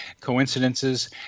coincidences